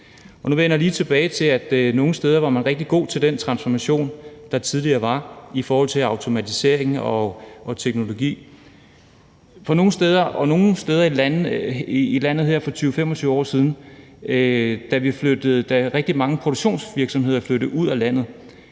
nu vender jeg lige tilbage til, at man nogle steder var rigtig god til den transformation, der tidligere var i forhold til automatiseringen og teknologien. Men for 20-25 år siden, da rigtig mange produktionsvirksomheder flyttede ud af landet,